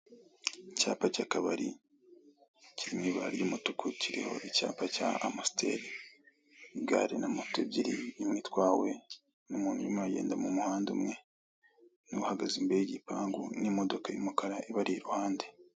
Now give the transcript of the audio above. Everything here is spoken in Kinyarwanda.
Icyapa cy'akabari kiri mw'ibara ry'umutuku kiriho icyapa cya amusiteri, igare na moto ebyiri, imwe itwawe n'umuntu urimo uragenda mu muhanda umwe n'uhagaze imbere y'igipangu n'imodoka y'umukara ibari iruhande.